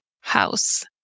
house